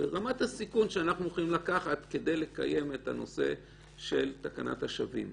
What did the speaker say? זאת רמת הסיכון שאנחנו מוכנים לקחת כדי לקיים את הנושא של תקנת השבים.